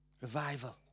Revival